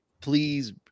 please